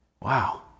wow